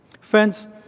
Friends